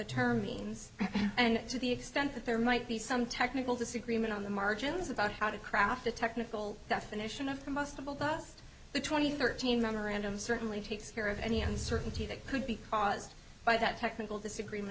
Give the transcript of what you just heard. term means and to the extent that there might be some technical disagreement on the margins about how to craft a technical definition of combustible dust the twenty thirteen memorandum certainly takes care of any uncertainty that could be caused by that technical disagreement